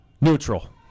Neutral